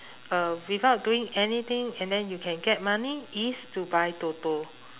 uh without doing anything and then you can get money is to buy toto